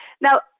Now